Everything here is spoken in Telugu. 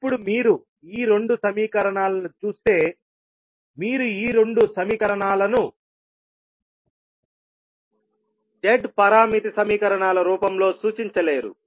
ఇప్పుడు మీరు ఈ రెండు సమీకరణాలను చూస్తే మీరు ఈ రెండు సమీకరణాలను Z పారామితి సమీకరణాల రూపంలో సూచించలేరు